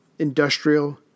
industrial